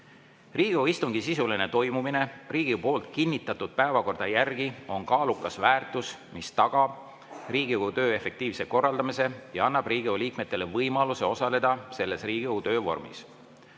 Riigikogu istungi sisuline toimumine Riigikogu poolt kinnitatud päevakorra järgi on kaalukas väärtus, mis tagab Riigikogu töö efektiivse korraldamise ja annab Riigikogu liikmetele võimaluse osaleda selles Riigikogu töö vormis.